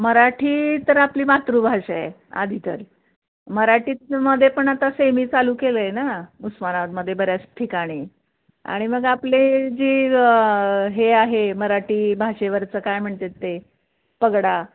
मराठी तर आपली मातृभाषा आहे आधी तर मराठीमध्ये पण आता सेमी चालू केलं आहे ना उस्मानाबादमध्ये बऱ्याच ठिकाणी आणि मग आपले जी हे आहे मराठी भाषेवरचं काय म्हणतात ते पगडा